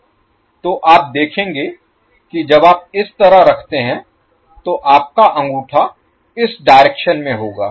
तो आप देखेंगे कि जब आप इस तरह रखते हैं तो आपका अंगूठा इस डायरेक्शन में होगा